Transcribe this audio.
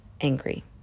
angry